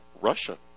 Russia